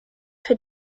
für